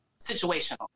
situational